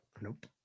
nope